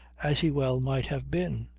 as he well might have been.